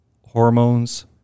hormones